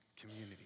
community